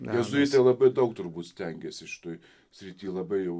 jėzuitai labai daug turbūt stengėsi šitoj srity labai jau